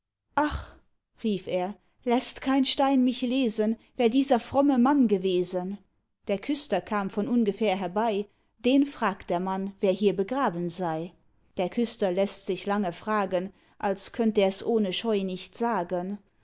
rief er läßt kein stein mich lesen wer dieser fromme mann gewesen der küster kam von ungefähr herbei den fragt der mann wer hier begraben sei der küster läßt sich lange fragen als könnt ers ohne scheu nicht sagen